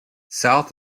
south